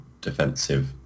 defensive